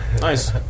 Nice